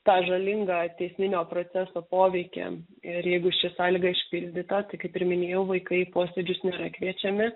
tą žalingą teisminio proceso poveikį ir jeigu ši sąlyga išpildyta tai kaip ir minėjau vaikai į posėdžius nėra kviečiami